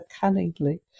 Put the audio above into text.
cunningly